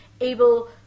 able